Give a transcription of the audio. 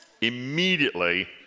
Immediately